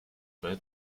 buy